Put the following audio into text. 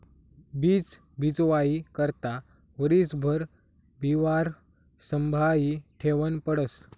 बीज बीजवाई करता वरीसभर बिवारं संभायी ठेवनं पडस